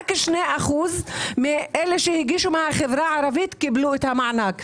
רק 2% מאלה שהגישו בחברה הערבית קיבלו את המענק.